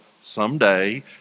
someday